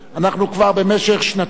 אנחנו כבר במשך שנתיים,